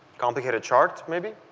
complicated chart maybe?